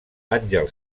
àngel